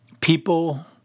People